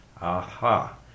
Aha